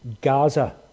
gaza